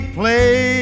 play